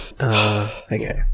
Okay